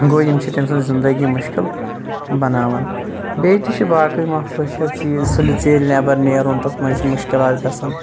گوٚو یِم چھِ تٔمۍ سٕنٛز زِندَگی مُشکِل بَناوان بییٚہِ تہِ چھِ باقی مَسلہٕ چھِ ژیٖرۍ سُلہِ ژیٖرۍ نیٚبَر نیرُن تَتھ مَنٛز چھِ مُشکِلات گَژھان